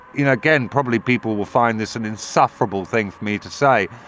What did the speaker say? you know, again, probably people will find this an insufferable thing for me to say.